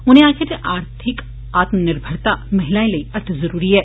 उनें आक्खेआ जे आर्थिक आत्म निर्मरता महिलाए लेई अत्त जरूरी ऐ